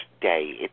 day